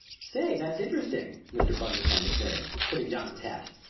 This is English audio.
say, that's interesting! mr. bundercombe declared, putting down his hat,